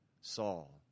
Saul